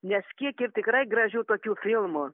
nes kiek yr tikrai gražių tokių filmų